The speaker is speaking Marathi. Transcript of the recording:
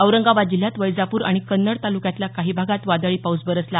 औरंगाबाद जिल्ह्यात वैजापूर आणि कन्नड तालुक्यातल्या काही भागात वादळी पाऊस बरसला